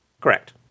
Correct